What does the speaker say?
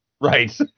right